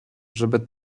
żeby